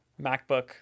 macbook